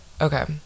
okay